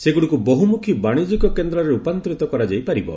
ସେଗୁଡ଼ିକୁ ବହୁମୁଖୀ ବାଣିଜ୍ୟିକ କେନ୍ଦ୍ରରେ ରୂପାନ୍ତରିତ କରାଯାଇ ପାରିବ